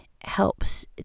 helps